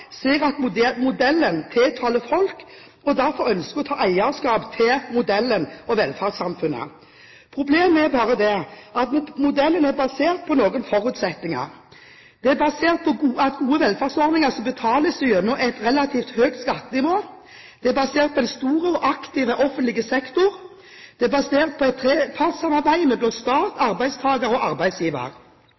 ser at modellen tiltaler folk og derfor ønsker å ta eierskap til modellen og velferdssamfunnet. Problemet er bare det at modellen er basert på noen forutsetninger: Det er basert på at gode velferdsordninger betales gjennom et relativt høyt skattenivå. Det er basert på en stor og aktiv offentlig sektor. Det er basert på et trepartssamarbeid mellom stat, arbeidstaker og arbeidsgiver.